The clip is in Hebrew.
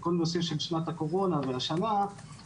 כל נושא של שנת הקורונה אבל השנה הוא